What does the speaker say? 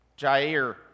Jair